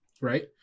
right